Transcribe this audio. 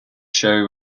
show